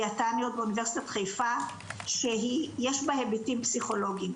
דיאטניות מאוניברסיטת חיפה שיש בה היבטים פסיכולוגים,